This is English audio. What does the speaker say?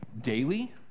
daily